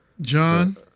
john